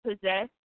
possess